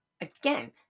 Again